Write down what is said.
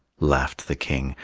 laughed the king,